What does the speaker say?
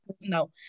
no